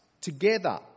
together